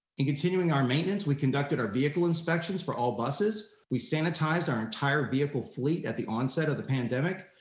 in continuing our maintenance, we conducted our vehicle inspections for all buses, we sanitized our entire vehicle fleet at the onset of the pandemic.